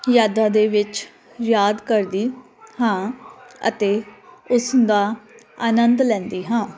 ਯਾਦਾਂ ਦੇ ਵਿੱਚ ਯਾਦ ਕਰਦੀ ਹਾਂ ਅਤੇ ਉਸ ਦਾ ਆਨੰਦ ਲੈਂਦੀ ਹਾਂ